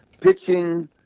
pitching